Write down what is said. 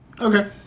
Okay